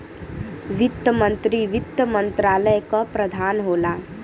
वित्त मंत्री वित्त मंत्रालय क प्रधान होला